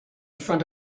front